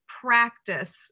practice